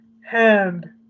hand